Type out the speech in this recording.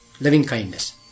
loving-kindness